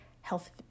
health